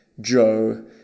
Joe –